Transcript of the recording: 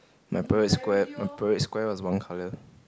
my Parade Square my Parade Square was one colour